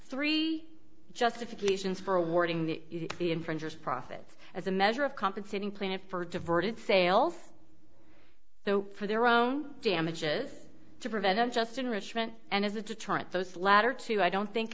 three justifications for awarding the infringers profits as a measure of compensating plaintiff for diverted sales for their own damages to prevent just enrichment and as a deterrent those latter two i don't think